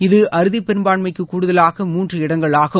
இது அறுதி பெறும்பான்மைக்கு கூடுதலாக மூன்று இடங்கள் ஆகும்